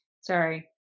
sorry